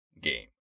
game